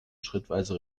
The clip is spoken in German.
schrittweise